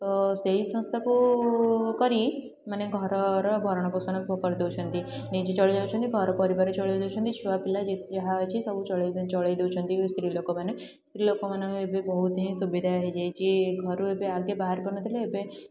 ଓ ସେହି ସଂସ୍ଥାକୁ କରି ମାନେ ଘରର ଭରଣପୋଷଣ କରିଦେଉଛନ୍ତି ନିଜେ ଚଳି ଯାଉଛନ୍ତି ଘର ପରିବାର ଚଳେଇ ଦେଉଛନ୍ତି ଛୁଆ ପିଲା ଯେତେ ଯାହା ଅଛି ସବୁ ଚଳେଇ ଚଳେଇ ଦେଉଛନ୍ତି ସ୍ତ୍ରୀଲୋକମାନେ ସ୍ତ୍ରୀଲୋକମାନଙ୍କ ଏବେ ବହୁତ ହି ସୁବିଧା ହେଇଯାଇଛି ଘରୁ ଏବେ ଆଗେ ବାହାରି ପାରୁନଥିଲେ ଏବେ